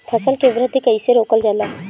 फसल के वृद्धि कइसे रोकल जाला?